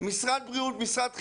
משרד בריאות, משרד חינוך,